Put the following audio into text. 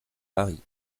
mari